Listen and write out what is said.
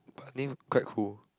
but name quite cool